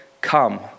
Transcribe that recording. Come